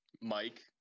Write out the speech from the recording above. mike